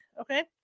Okay